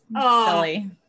silly